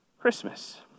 Christmas